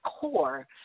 core